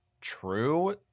true